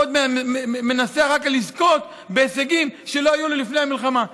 עוד מנסה אחר כך לזכות בהישגים שלא היו לו לפני המלחמה.